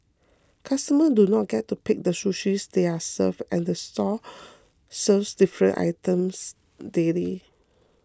customers do not get to pick the sushi they are served and the store serves different items daily